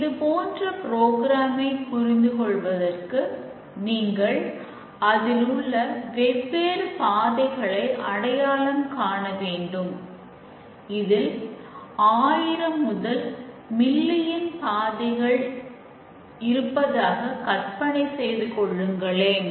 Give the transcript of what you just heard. இதுபோன்ற ப்ரோக்ராம் பாதைகள் இருப்பதாக கற்பனை செய்து கொள்ளுங்களேன்